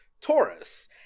Taurus